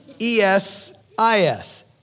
E-S-I-S